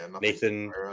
Nathan